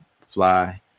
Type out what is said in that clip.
Fly